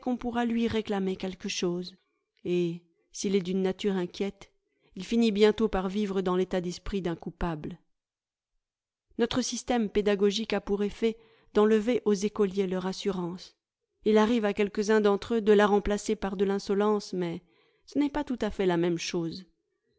pourra lui réclamer quelque chose et s'il est d'une nature inquiète il finit bientôt par vivre dans l'état d'esprit d'un coupable notre système pédagogique a pour effet d'enlever aux écoliers leur assurance il arrive à quelques-uns d'entre eux de la remplacer par de l'insolence mais ce n'est pas tout à fait la même chose